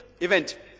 event